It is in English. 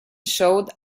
showed